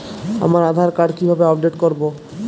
আমার আধার কার্ড কিভাবে আপডেট করব?